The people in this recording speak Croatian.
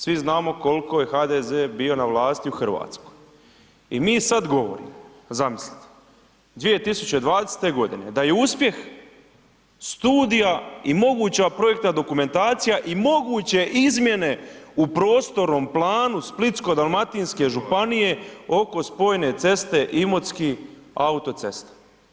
Svi znamo koliko je HDZ bio na vlasti u Hrvatskoj i mi sad govorimo, zamislite, 2020. g. da je uspjeh studija i moguća projektna dokumentacija i moguće izmjene u prostornom planu Splitsko-dalmatinske županije oko spojene ceste Imotski autocesta.